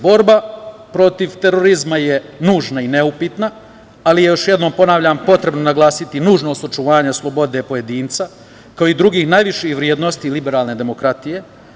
Borba protiv terorizma je nužna i neupitna, ali je, još jednom ponavljam, potrebno naglasiti nužnost očuvanja slobode pojedinca, kao i drugih najviših vrednosti i liberalne demokratije.